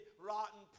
rotten